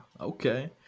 Okay